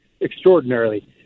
extraordinarily